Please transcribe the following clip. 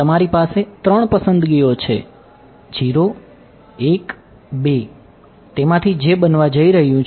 તમારી પાસે ત્રણ પસંદગીઓ છે 0 1 2 તેમાંથી જે બનવા જઈ રહ્યું છે